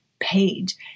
page